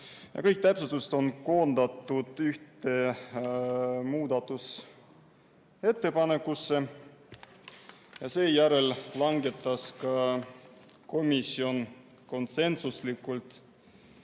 Kõik täpsustused on koondatud ühte muudatusettepanekusse. Seejärel langetas komisjon konsensuslikult